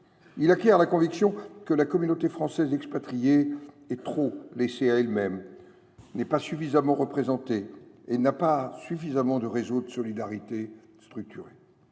il acquiert la conviction que la communauté française expatriée est trop livrée à elle même, insuffisamment représentée et sans réseau de solidarité structuré.